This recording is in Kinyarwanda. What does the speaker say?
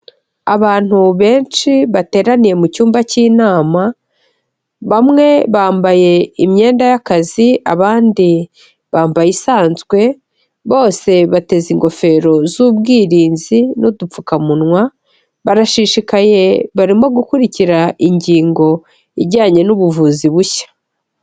Abantu benshi bateraniye mu cyumba cy'inama, bamwe bambaye imyenda y'akazi, abandi bambaye isanzwe, bose bateze ingofero z'ubwirinzi n'udupfukamunwa, barashishikaye barimo gukurikira ingingo ijyanye n'ubuvuzi bushya.